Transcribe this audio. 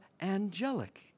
angelic